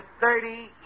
thirty